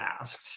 asked